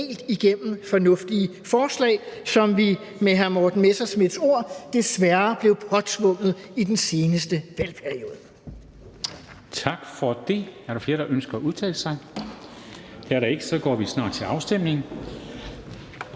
helt igennem fornuftige forslag, som vi med hr. Morten Messerschmidts ord desværre blev påtvunget i den seneste valgperiode.